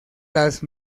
las